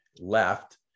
left